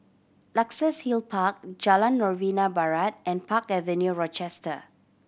Luxus Hill Park Jalan Novena Barat and Park Avenue Rochester